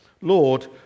Lord